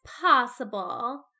possible